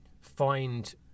find